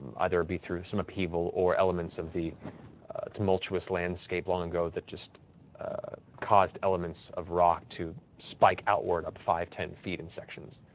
either through some upheaval or elements of the tumultuous landscape long ago that just caused elements of rock to spike outward up five, ten feet in sections.